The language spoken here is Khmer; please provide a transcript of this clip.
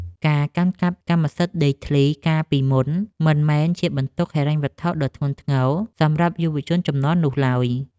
ការកាន់កាប់កម្មសិទ្ធិដីធ្លីកាលពីមុនមិនមែនជាបន្ទុកហិរញ្ញវត្ថុដ៏ធ្ងន់ធ្ងរសម្រាប់យុវជនជំនាន់នោះឡើយ។